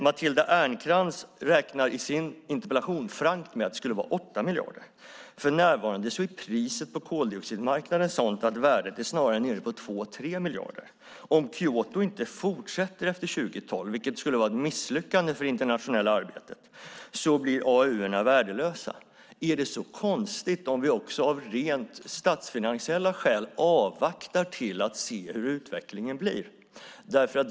Matilda Ernkrans räknar i sin interpellation frankt med att det skulle vara 8 miljarder. För närvarande är priset på koldioxidmarknaden sådant att värdet snarare är nere på 2-3 miljarder. Om Kyotoöverenskommelsen inte fortsätter efter 2012, vilket skulle vara ett misslyckande för det internationella arbetet, blir AAU:erna värdelösa. Är det så konstigt att vi av rent statsfinansiella skäl avvaktar för att se hur utvecklingen blir?